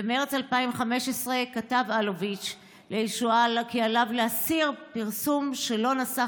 "במרץ 2015 כתב אלוביץ' לישועה כי עליו להסיר פרסום שלא נשא